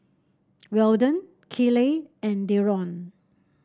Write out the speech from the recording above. Weldon Kiley and Deron